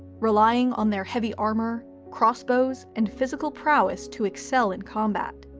relying on their heavy armor, crossbows, and physical prowess to excel in combat.